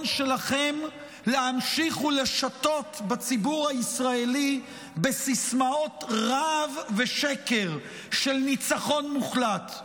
שלכם להמשיך ולשטות בציבור הישראלי בסיסמאות רהב ושקר של ניצחון מוחלט.